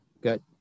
Good